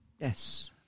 Yes